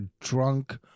drunk